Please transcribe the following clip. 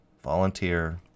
volunteer